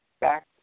back